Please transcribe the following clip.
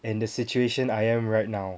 in the situation I am right now